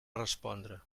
respondre